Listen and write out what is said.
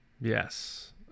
yes